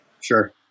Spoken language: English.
Sure